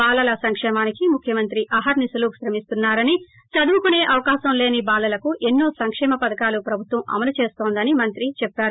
బాలల సంకేమానికి ముఖ్యమంత్రి అహర్పి శలు శ్రమిస్తున్నా రని చదువుకునే అవకాశంలేని బాలలకు ఎన్నో సంక్షేమ పథకాలు ప్రభుత్వం అమలు చేస్తుందని మంత్రి చెప్పారు